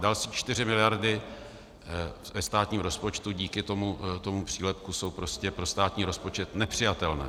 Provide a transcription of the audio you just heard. Další čtyři miliardy ve státním rozpočtu díky tomu přílepku jsou prostě pro státní rozpočet nepřijatelné.